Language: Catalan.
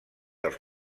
els